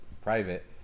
private